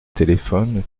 téléphone